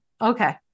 Okay